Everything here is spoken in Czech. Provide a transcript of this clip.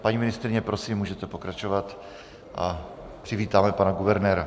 Paní ministryně, prosím, můžete pokračovat a přivítáme pana guvernéra.